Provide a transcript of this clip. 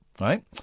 right